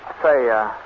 Say